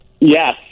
Yes